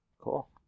Cool